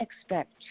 expect